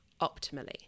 optimally